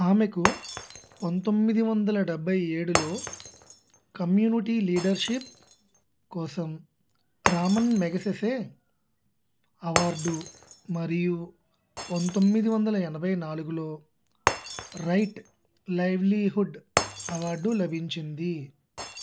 ఆమెకు పంతొమ్మిది వందల డెబ్భై ఏడులో కమ్యూనిటీ లీడర్షిప్ కోసం రామన్ మెగసెసే అవార్డు మరియు పంతొమ్మిది వందల ఎనభై నాలుగులో రైట్ లైవ్లీహుడ్ అవార్డు లభించింది